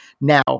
now